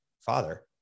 father